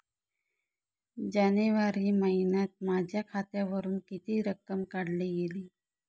जानेवारी महिन्यात माझ्या खात्यावरुन किती रक्कम काढली गेली?